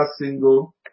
single